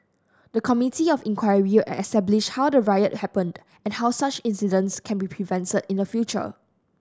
the Committee of Inquiry establish how the riot happened and how such incidents can be prevented in future